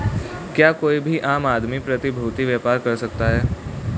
क्या कोई भी आम आदमी प्रतिभूती व्यापार कर सकता है?